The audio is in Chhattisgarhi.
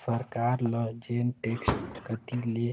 सरकार ल जेन टेक्स कती ले